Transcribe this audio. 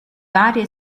varie